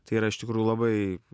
tai yra iš tikrųjų labai